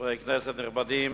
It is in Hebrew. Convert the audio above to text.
חברי כנסת נכבדים,